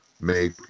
make